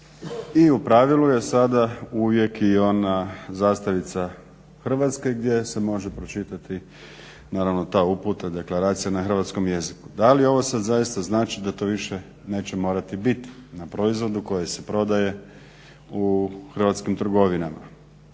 I u pravilu je sada uvijek i ona zastavica hrvatske gdje se može pročitati naravno ta uputa, deklaracija na hrvatskom jeziku. Da li sad ovo zaista znači da to više neće morati bit na proizvodu koji se prodaje u hrvatskim trgovinama?